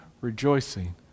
rejoicing